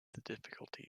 difficulty